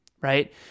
right